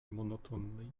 monotonnej